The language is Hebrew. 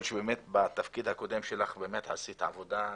בתפקיד הקודם שלך עשית עבודה מדהימה.